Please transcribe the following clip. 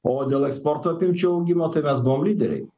o dėl eksporto apimčių augimo tai mes buvom lyderiai